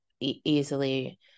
easily